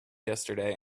yesterday